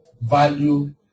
value